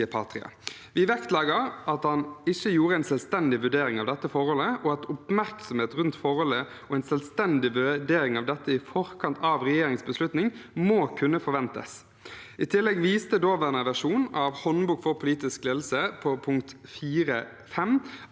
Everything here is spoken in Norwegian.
Vi vektlegger at han ikke gjorde en selvstendig vurdering av dette forholdet, og at en oppmerksomhet rundt forholdet og en selvstendig vurdering av dette i forkant av regjeringens beslutning må kunne forventes. I tillegg viste daværende versjon av Håndbok for politisk ledelse, punkt 4.5,